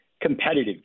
competitive